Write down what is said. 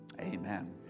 Amen